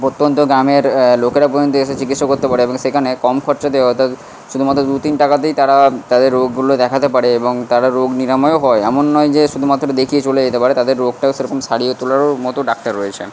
প্রত্যন্ত গ্রামের লোকেরা পর্যন্ত এসে চিকিৎসা করতে পারে এবং সেখানে কম খরচাতে অর্থাৎ শুধুমাত্র দু তিন টাকাতেই তারা তাদের রোগগুলো দেখাতে পারে এবং তারা রোগ নিরাময়ও হয় এমন নয় যে শুধুমাত্র দেখিয়ে চলে যেতে পারে তাদের রোগটা সেরকম সারিয়ে তোলারও মতো ডাক্তার রয়েছেন